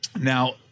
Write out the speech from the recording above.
Now